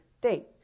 date